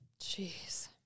Jeez